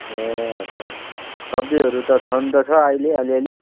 ए अच्छा सब्जीहरू त छनु त छ अहिले अलिअलि